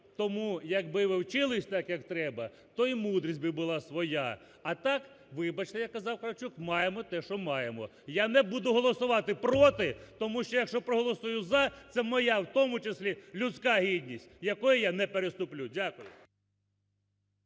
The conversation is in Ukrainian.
Тому, якби ви вчились так, як треба, то й мудрість би була своя. А так, вибачте, як казав Кравчук, маємо те, що маємо. Я не буду голосувати проти, тому що, якщо проголосую "за", це моя в тому числі людська гідність, якої я не переступлю. Дякую.